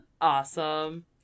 Awesome